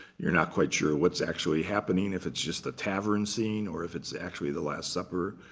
you're not quite sure what's actually happening, if it's just a tavern scene, or if it's actually the last supper.